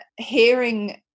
hearing